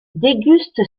déguste